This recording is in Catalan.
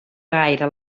gaire